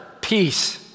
Peace